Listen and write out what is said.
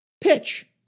pitch